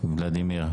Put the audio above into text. ולדימיר.